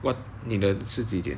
what 你的是几点